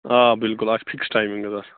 آ بلکُل اَتھ چھِ فِکٕس ٹایمِنٛگ حظ آسان